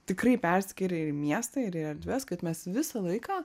tikrai perskiria ir miestą ir į erdves kad mes visą laiką